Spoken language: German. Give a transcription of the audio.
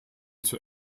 zur